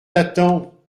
t’attends